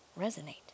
resonate